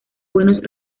buenos